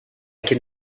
can